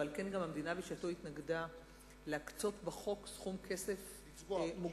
ועל כן גם המדינה בשעתו התנגדה להקצות בחוק סכום כסף מוגדר,